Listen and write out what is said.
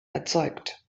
erzeugt